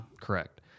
Correct